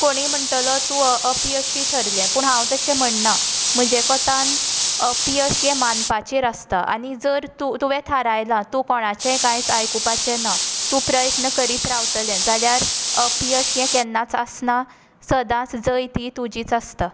कोणूय म्हणटलो तू अपयशी थारलें पूण हांव अशें म्हणना म्हजे कोतान अपयश हें मानपाचेर आसता आनी जर तुवें थारायलां तूं कोणाचेंय कांयच आयकूपाचें ना तूं प्रयत्न करीत रावतलें जाल्यार अपयश हें केन्नात आसना सदांच जैत ही तुजीच आसता